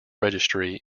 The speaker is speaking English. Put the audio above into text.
registry